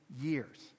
years